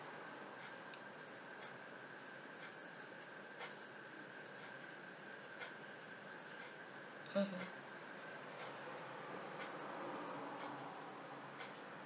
mmhmm